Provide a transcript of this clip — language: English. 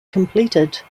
completed